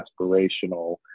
aspirational